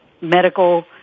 medical